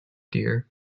dear